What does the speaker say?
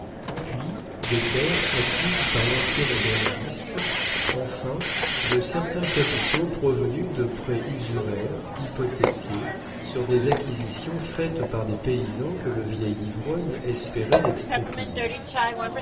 puis des terres acquises par l'ancien aubergiste enfin de certains capitaux provenus de prêts usuraires hypothéqués sur des acquisitions faites par des paysans que le vieil ivrogne espérait exproprier